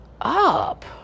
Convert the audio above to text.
up